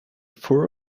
fur